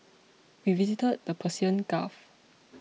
we visited the Persian Gulf